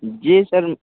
जी sir